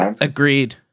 Agreed